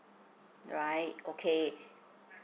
alright okay